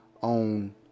on